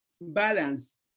balance